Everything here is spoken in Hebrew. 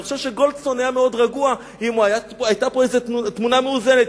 אני חושב שגולדסטון היה מאוד רגוע אם היתה תמונה מאוזנת,